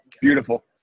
Beautiful